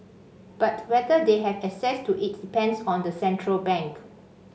but whether they have access to it depends on the central bank